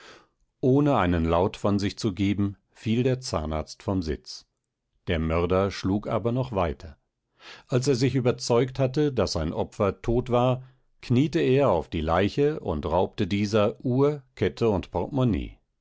ohne einen lauf von sich zu geben fiel der zahnarzt vom sitz der mörder schlug aber noch weiter als er sich überzeugt hatte daß sein opfer tot war kniete er auf die leiche und raubte dieser uhr kette und portemonnaie